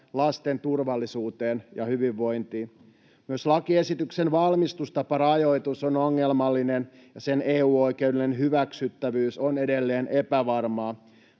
lasten turvallisuuteen ja hyvinvointiin. Myös lakiesityksen valmistustaparajoitus on ongelmallinen, ja sen EU-oikeudellinen hyväksyttävyys on edelleen epävarmaa.